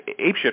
apeshit